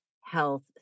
health